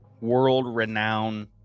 world-renowned